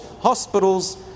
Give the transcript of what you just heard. hospitals